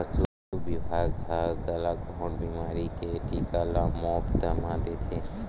पसु बिभाग ह गलाघोंट बेमारी के टीका ल मोफत म देथे